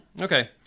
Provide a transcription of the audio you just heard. Okay